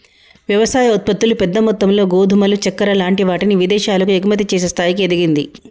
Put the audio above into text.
వ్యవసాయ ఉత్పత్తులు పెద్ద మొత్తములో గోధుమలు చెక్కర లాంటి వాటిని విదేశాలకు ఎగుమతి చేసే స్థాయికి ఎదిగింది